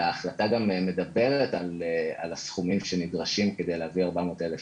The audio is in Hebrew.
וההחלטה גם מדברת על הסכומים שנדרשים כדי להביא 450 אלף